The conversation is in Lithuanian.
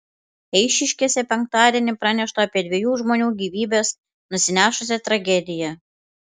eišiškėse penktadienį pranešta apie dviejų žmonių gyvybes nusinešusią tragediją